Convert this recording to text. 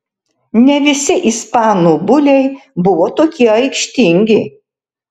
ne visi ispanų buliai buvo tokie aikštingi